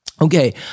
Okay